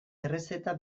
errezeta